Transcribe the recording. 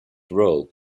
role